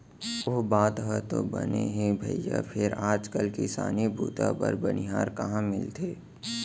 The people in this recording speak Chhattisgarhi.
ओ बात ह तो बने हे भइया फेर आज काल किसानी बूता बर बनिहार कहॉं मिलथे?